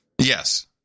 Yes